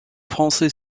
français